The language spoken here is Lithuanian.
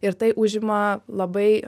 ir tai užima labai